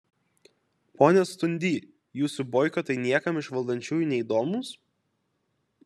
pone stundy jūsų boikotai niekam iš valdančiųjų neįdomūs